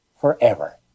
forever